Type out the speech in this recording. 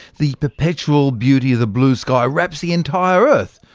the perpetual beauty of the blue sky wraps the entire earth,